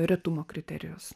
retumo kriterijus